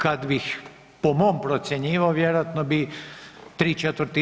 Kad bih po mom procjenjivao, vjerojatno bi 3/